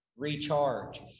recharge